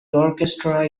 orchestra